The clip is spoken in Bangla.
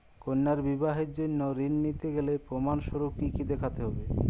কন্যার বিবাহের জন্য ঋণ নিতে গেলে প্রমাণ স্বরূপ কী কী দেখাতে হবে?